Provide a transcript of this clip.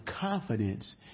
confidence